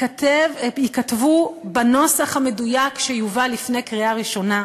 ייכתבו בנוסח המדויק שיובא לפני קריאה ראשונה.